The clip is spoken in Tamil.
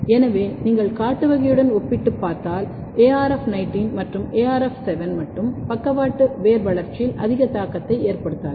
எனவே நீங்கள் காட்டு வகை உடன் ஒப்பிட்டுப் பார்த்தால் arf19 மற்றும் arf7 மட்டும் பக்கவாட்டு வேர் வளர்ச்சியில் அதிக தாக்கத்தை ஏற்படுத்தாது